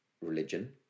religion